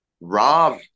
Rob